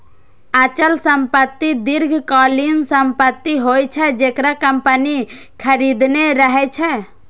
अचल संपत्ति दीर्घकालीन संपत्ति होइ छै, जेकरा कंपनी खरीदने रहै छै